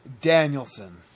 Danielson